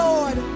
Lord